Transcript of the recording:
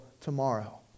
tomorrow